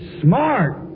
smart